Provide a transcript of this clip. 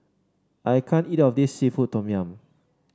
I can't eat all of this seafood Tom Yum